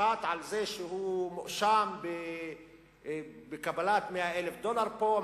למשפט על זה שהוא מואשם בקבלת 100,000 דולר פה,